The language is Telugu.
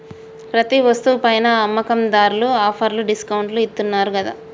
ప్రతి వస్తువు పైనా అమ్మకందార్లు ఆఫర్లు డిస్కౌంట్లు ఇత్తన్నారు గదా